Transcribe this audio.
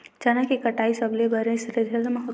चना के कटाई बर सबले बने थ्रेसर हवय?